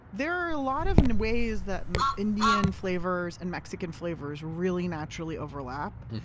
there are a lot of and ways that indian flavors and mexican flavors really naturally overlap.